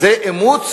זה אימוץ